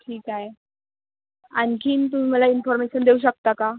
ठीक आहे आणखीन तुम्ही मला इन्फॉर्मेशन देऊ शकता का